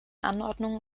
anordnungen